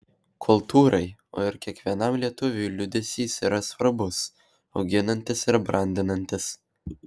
kultūrai o ir kiekvienam lietuviui liūdesys yra svarbus auginantis ir brandinantis